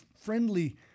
friendly